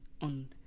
On